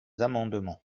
amendements